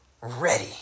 ready